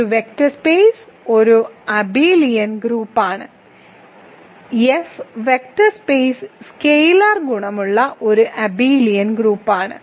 ഒരു F vector space ഒരു abelian ഗ്രൂപ്പാണ് F വെക്റ്റർ സ്പേസ് സ്കെയിലർ ഗുണനമുള്ള ഒരു അബെലിയൻ ഗ്രൂപ്പാണ്